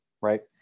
Right